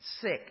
Sick